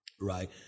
right